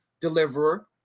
deliverer